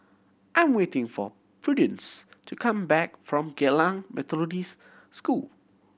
I'm waiting for Prudence to come back from Geylang Methodist School